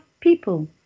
people